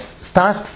start